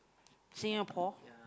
Singapore